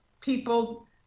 people